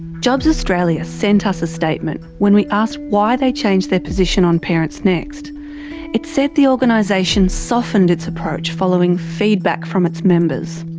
jobs australia sent us a statement when we asked why they changed their position on parentsnext. it it said the organisation softened its approach following feedback from its members.